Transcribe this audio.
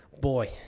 boy